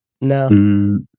No